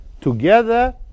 Together